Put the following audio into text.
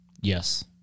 Yes